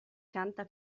canta